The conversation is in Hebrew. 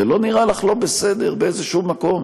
זה לא נראה לא בסדר באיזה מקום?